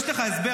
יש לך הסבר?